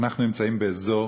אנחנו נמצאים באזור